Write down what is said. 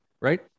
Right